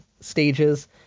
stages